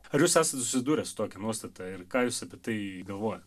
ar jūs esat susidūrę su tokia nuostata ir ką jūs apie tai galvojat